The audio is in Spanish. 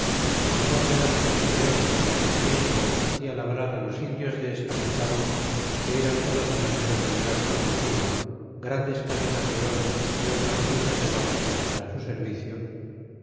y juan velazquez de leon en aquel tiempo hacia labrar á los indios de escapuzalco que eran todos plateros del gran montezuma grandes cadenas de oro y otras piezas de baxillas para su servicio